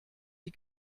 die